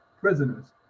prisoners